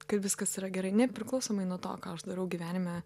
kaip viskas yra gerai nepriklausomai nuo to ką aš darau gyvenime